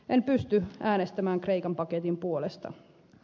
en pysty äänestämään kreikan paketin puolesta